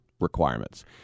requirements